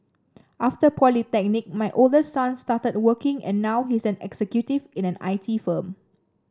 after polytechnic my oldest son started working and now he's an executive in an I T firm